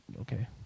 Okay